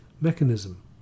mechanism